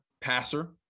passer